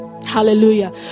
Hallelujah